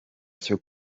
cyo